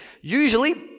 usually